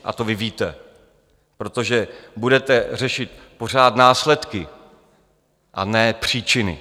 A to vy víte, protože budete řešit pořád následky, a ne příčiny.